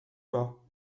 pas